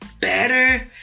better